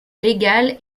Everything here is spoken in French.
légale